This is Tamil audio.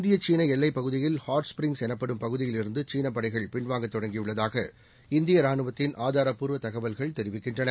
இந்தியசீனஎல்லைப் பகுதியில் ஹாட் ஸபிரிங்ஸ் எனப்படும் பகுதியிலிருந்துசீனபடைகள் பின் வாங்கத் தொடங்கியுள்ளதாக இந்தியராணுவத்தின் ஆதாரப் பூர்வதகவல்கள் தெரிவிக்கின்றன